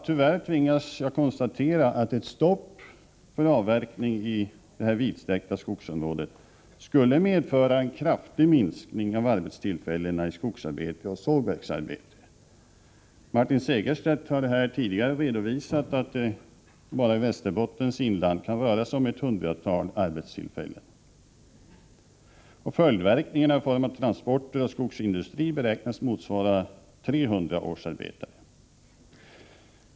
Tyvärr tvingas jag konstarera att ett stopp för avverkning i detta vidsträckta skogsområde skulle medföra en kraftig minskning av arbetstillfällen i skogsarbete och sågverksarbete. Martin Segerstedt har här tidigare redovisat att det bara i Västerbottens inland kan röra sig om ett hundratal arbetstillfällen. Följdverkningarna i form av uteblivna transporter och skogsindustri beräknas motsvara 300 årsarbetare.